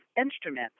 instruments